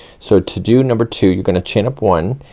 so to do number two, you're gonna chain up one,